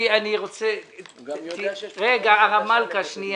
הוא גם יודע שיש פרוגרמה חדשה לבית הדין הגדול.